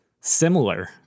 similar